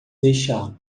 deixá